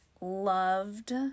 loved